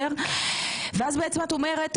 ואז בעצם את אומרת,